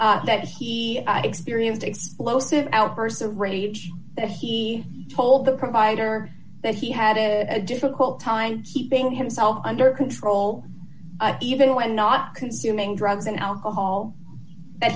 that he experienced explosive outbursts of rage that he told the provider that he had a difficult time keeping himself under control even when not consuming drugs and alcohol